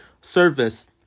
service